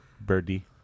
Birdie